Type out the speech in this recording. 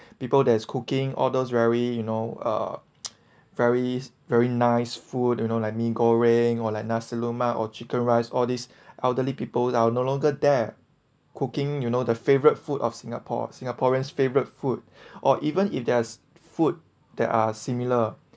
people that is cooking all those very you know uh very very nice food you know like mee-goreng or like nasi-lemak or chicken rice all these elderly people are no longer there cooking you know the favourite food of singapore singaporeans' favorite food or even if there's food that are similar